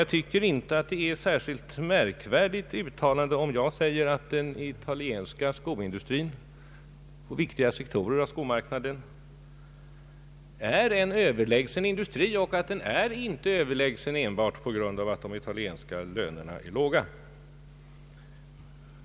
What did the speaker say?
Jag tycker inte att jag gör något speciellt anstötligt eller överlägset uttalande om jag påstår att den italienska skoindustrin på viktiga sektorer av skomarknaden är en Överlägsen industri och att den är överlägsen inte enbart på grund av att de italienska lönerna är låga.